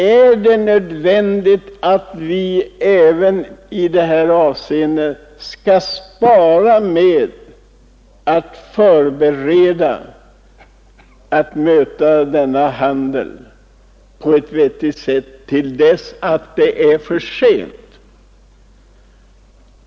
Är det nödvändigt att visa sådan sparsamhet när det gäller att förbereda sig för denna handel på ett vettigt sätt, att det till slut blir för sent?